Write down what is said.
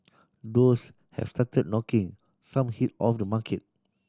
those have started knocking some heat off the market